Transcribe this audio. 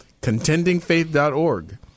contendingfaith.org